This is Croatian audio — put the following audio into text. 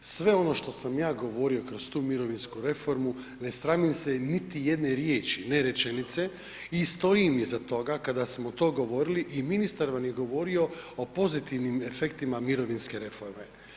Sve ono što sam ja govorio kroz tu mirovinsku reformu, ne sramim se niti jedne riječi, ne rečenice i stojim iza toga kada smo to govorili i ministar vam je govorio o pozitivnim efektima mirovinske reforme.